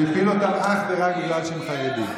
הוא הפיל אותם אך ורק בגלל שהם חרדים.